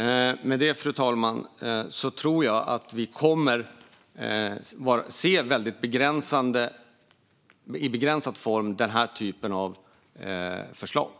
Med det sagt, fru talman, tror jag att vi kommer att se den här typen av förslag i väldigt begränsad omfattning.